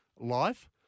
life